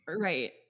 right